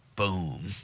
boom